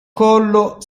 collo